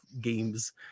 games